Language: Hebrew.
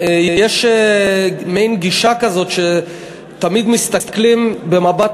יש מעין גישה כזאת שתמיד מסתכלים במבט